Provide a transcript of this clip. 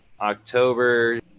October